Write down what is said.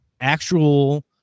actual